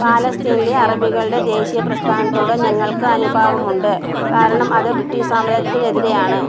പാലസ്തീനിലെ അറബികളുടെ ദേശീയ പ്രസ്ഥാനത്തോട് ഞങ്ങൾക്ക് അനുഭാവമുണ്ട് കാരണം അത് ബ്രിട്ടീഷ് സാമ്രാജ്യത്തിനെതിരെയാണ്